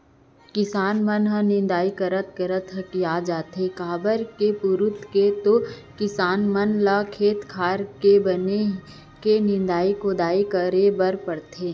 किसान मन ह निंदई करत करत हकिया जाथे काबर के कई पुरूत के तो किसान मन ल खेत खार के बन के निंदई कोड़ई करे बर परथे